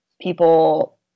people